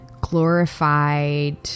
glorified